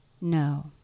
No